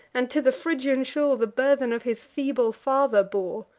and to the phrygian shore the burthen of his feeble father bore!